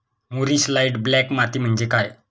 मूरिश light black माती म्हणजे काय?